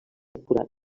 depurat